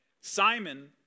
Simon